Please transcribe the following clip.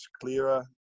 clearer